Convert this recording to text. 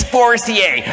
Forcier